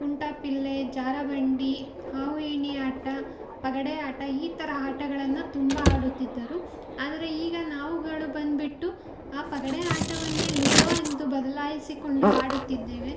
ಕುಂಟಾಬಿಲ್ಲೆ ಜಾರುಬಂಡಿ ಹಾವು ಏಣಿ ಆಟ ಪಗಡೆ ಆಟ ಈ ಥರ ಆಟಗಳನ್ನು ತುಂಬ ಆಡುತ್ತಿದ್ದರು ಆದರೆ ಈಗ ನಾವುಗಳು ಬಂದುಬಿಟ್ಟು ಆ ಪಗಡೆ ಆಟವನ್ನೇ ಲೂಡೋ ಎಂದು ಬದಲಾಯಿಸಿಕೊಂಡು ಆಡುತ್ತಿದ್ದೇವೆ